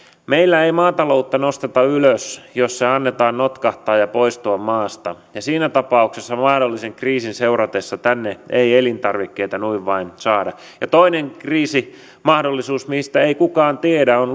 meillä ei maataloutta nosteta ylös jos sen annetaan notkahtaa ja poistua maasta ja siinä tapauksessa mahdollisen kriisin seuratessa tänne ei elintarvikkeita noin vain saada toinen kriisimahdollisuus mistä ei kukaan tiedä on